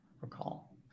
recall